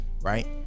right